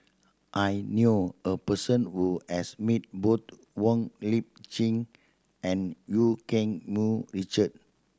I knew a person who has met both Wong Lip Chin and Eu Keng Mun Richard